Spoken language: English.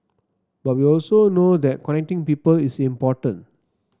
but we also know that connecting people is important